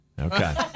Okay